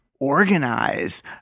organize